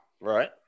Right